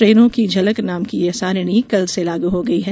ट्रेनों की झलक नाम की यह सारिणी कल से लागू हो गई है